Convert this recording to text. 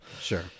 Sure